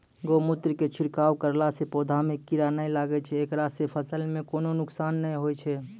गोमुत्र के छिड़काव करला से पौधा मे कीड़ा नैय लागै छै ऐकरा से फसल मे कोनो नुकसान नैय होय छै?